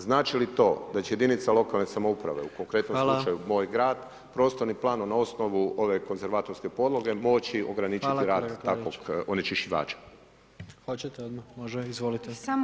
Znači li to će jedinice lokalne samouprave, u konkretnom slučaju, moj grad, prostorni plan, na osnovu ove konzervatorske podloge, moći ograničiti rad takvog onečišćivača?